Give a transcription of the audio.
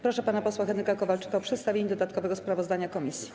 Proszę pana posła Henryka Kowalczyka o przedstawienie dodatkowego sprawozdania komisji.